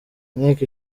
inteko